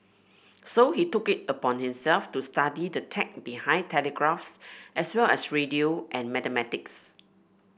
so he took it upon himself to study the tech behind telegraphs as well as radio and mathematics